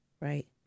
Right